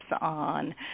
on